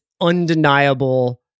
undeniable